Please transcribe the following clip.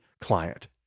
client